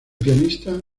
pianista